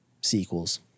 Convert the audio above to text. sequels